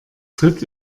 tritt